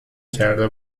کرده